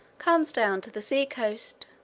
comes down to the sea-coast,